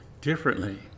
differently